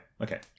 okay